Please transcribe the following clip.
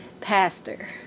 pastor